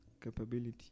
capability